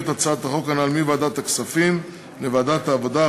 את ההצעות הנ"ל מוועדת הכספים לוועדת העבודה,